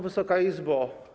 Wysoka Izbo!